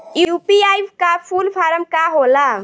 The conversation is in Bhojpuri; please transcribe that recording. यू.पी.आई का फूल फारम का होला?